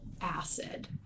acid